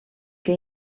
que